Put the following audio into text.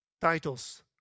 titles